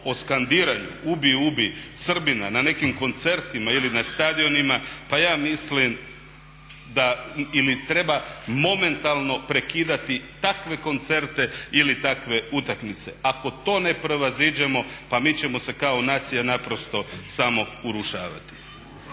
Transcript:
o skandiranju ubi, ubi Srbina na nekim koncertima ili na stadionima pa ja mislim da ili treba momentalno prekidati takve koncerte ili takve utakmice. Ako to ne prevaziđemo pa mi ćemo se kao nacija naprosto samo urušavati.